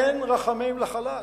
אין רחמים לחלש.